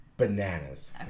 Bananas